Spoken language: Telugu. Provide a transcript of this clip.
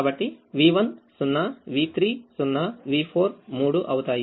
కాబట్టి v1 0 v3 0 v4 3 అవుతాయి